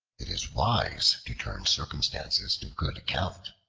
it is wise to turn circumstances to good account.